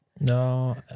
no